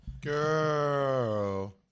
Girl